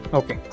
okay